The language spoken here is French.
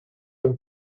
ont